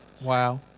wow